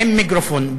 עם מיקרופון,